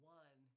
one